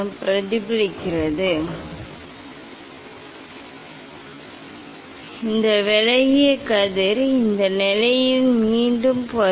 இது பிரதிபலிக்கிறது இந்த விலகிய கதிர் இந்த நிலையில் மீண்டும் வரும்